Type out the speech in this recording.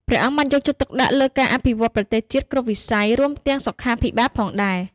ព្រះអង្គបានយកចិត្តទុកដាក់លើការអភិវឌ្ឍប្រទេសជាតិគ្រប់វិស័យ រួមទាំងសុខាភិបាលផងដែរ។